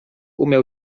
umiał